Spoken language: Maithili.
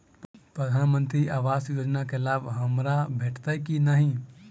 प्रधानमंत्री आवास योजना केँ लाभ हमरा भेटतय की नहि?